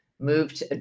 Moved